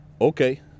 Okay